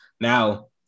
Now